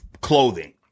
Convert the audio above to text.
clothing